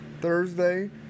Thursday